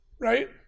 right